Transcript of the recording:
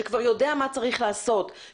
שכבר יודע מה צריך לעשות נכון.